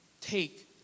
take